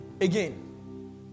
Again